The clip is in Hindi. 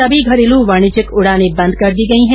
सभी घरेलू वाणिज्यिक उडाने बंद कर दी गई हैं